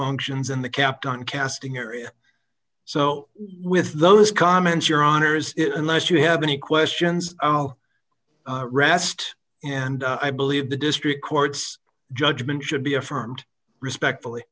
functions and the kept on casting area so with those comments your honors it unless you have any questions i'll rest and i believe the district court's judgment should be affirmed respectfully